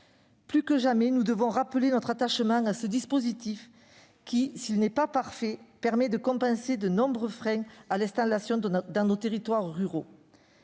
Plus que jamais, nous devons rappeler notre attachement à ce dispositif qui, s'il n'est pas parfait, permet de compenser de nombreux freins à l'installation dans nos territoires ruraux.